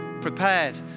Prepared